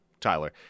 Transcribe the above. Tyler